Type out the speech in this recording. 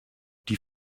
die